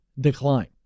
decline